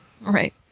Right